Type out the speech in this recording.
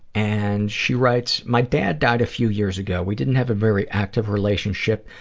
and she writes, my dad died a few years ago. we didn't have a very active relationship,